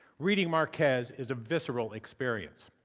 reading marquez is a visceral experience.